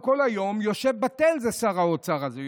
הוא כל היום יושב בטל, שר האוצר הזה.